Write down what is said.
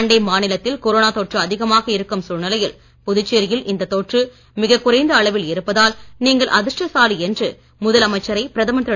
அண்டை மாநிலத்தில் கொரோனா தொற்று அதிகமாக இருக்கும் சூழ்நிலையில் புதுச்சேரியில் இந்த தொற்று மிகக்குறைந்த அளவில் இருப்பதால் நீங்கள் அதிர்ஷ்டசாலி என்று முதல் அமைச்சரை பிரதமர் திரு